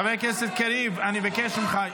חבר הכנסת קריב, אני מבקש ממך.